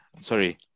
Sorry